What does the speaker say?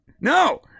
no